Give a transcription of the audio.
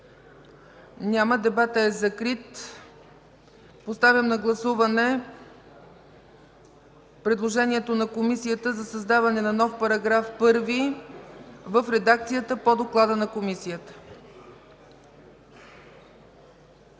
Няма. Дебатът е закрит. Поставям на гласуване предложението на Комисията за създаване на нов § 1 в редакцията по доклада на Комисията.